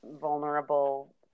vulnerable